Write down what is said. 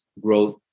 growth